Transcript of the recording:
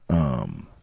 um,